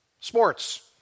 Sports